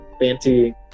fancy